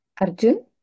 Arjun